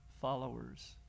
followers